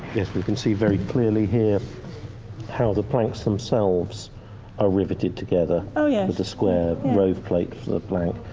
yes we can see very clearly here how the planks themselves are riveted together oh yeah the square row plate for the plank.